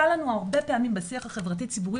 קל לנו הרבה פעמים בשיח החברתי-ציבורי,